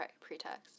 pretext